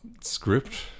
script